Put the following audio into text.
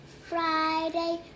Friday